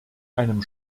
einem